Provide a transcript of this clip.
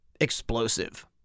explosive